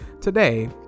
Today